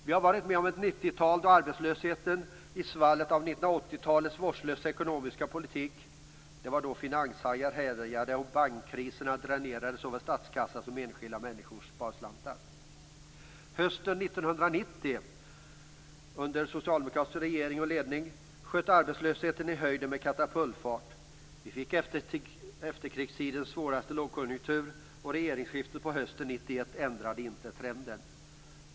Vi har varit med om ett 90-tal då arbetslösheten ökade i svallet av 1980-talets vårdslösa ekonomiska politik. Det var då som finanshajar härjade och bankkriserna dränerade såväl statskassa som enskilda människors sparkapital. Hösten 1990 - under en socialdemokratisk regering - sköt arbetslösheten i höjden med katapultfart. Vi fick efterkrigstidens svåraste lågkonjunktur, och regeringsskiftet på hösten 1991 ändrade inte trenden.